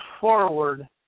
forward